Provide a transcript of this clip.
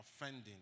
offending